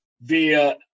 via